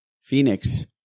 Phoenix